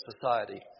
society